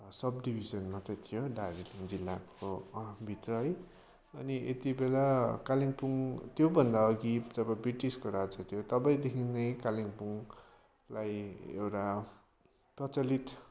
सब division मात्र थियो दार्जिलिङ जिल्लाको भित्र है अनि यति बेला कालिम्पोङ त्योभन्दा अघि जब ब्रिटिसको राज हुन्थ्यो तबदेखि नै कालिम्पोङलाई एउटा प्रचलित